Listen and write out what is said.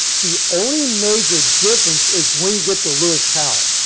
the only major difference is when you get to lewis powell.